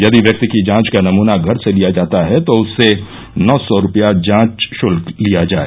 यदि व्यक्ति की जांच का नमूना घर से लिया जाता है तो उससे नौ सौ रुपया जांच शुल्क लिया जाए